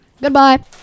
Goodbye